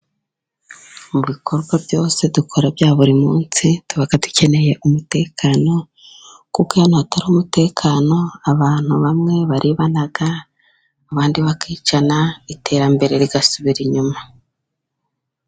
Mu bikorwa byose dukora bya buri munsi, tubaka dukeneye umutekano, kuko iyo ahantu hatari umutekano abantu bamwe baribana, abandi bakicana, iterambere rigasubira inyuma.